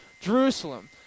Jerusalem